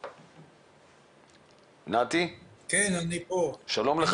כן, שלום.